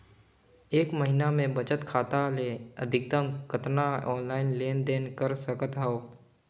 एक महीना मे बचत खाता ले अधिकतम कतना ऑनलाइन लेन देन कर सकत हव?